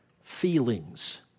feelings